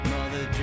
Mother